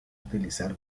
utilizar